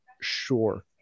Sure